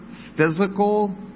physical